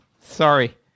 Sorry